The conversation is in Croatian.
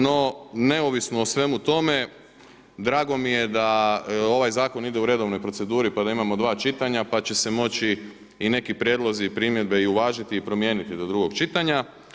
No neovisno o svemu tome, drago mi je da ovaj zakon ide u redovnoj proceduri pa da imamo dva čitanja pa će se moći i neki prijedlozi i primjedbe i uvažiti i promijeniti do drugog čitanja.